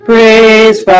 Praise